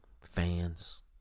fans